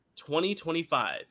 2025